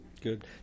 Good